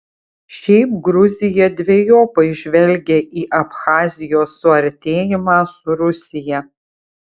šiaip gruzija dvejopai žvelgia į abchazijos suartėjimą su rusija